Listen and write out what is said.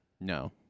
No